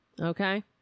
Okay